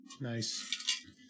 nice